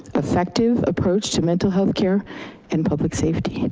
effective approach to mental health care and public safety.